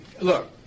look